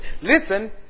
Listen